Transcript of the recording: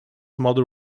mother